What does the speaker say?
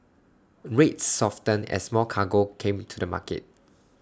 rates softened as more cargo came to the market